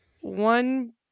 one